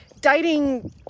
dating